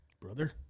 Brother